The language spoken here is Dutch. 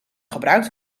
gebruikt